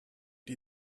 die